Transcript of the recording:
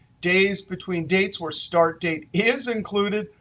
days between dates where start date is included,